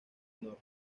norte